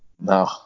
No